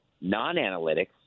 non-analytics